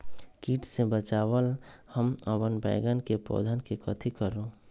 किट से बचावला हम अपन बैंगन के पौधा के कथी करू?